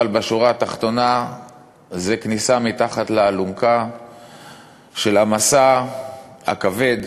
אבל בשורה התחתונה זו כניסה מתחת לאלונקה של המסע הכבד,